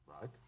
Right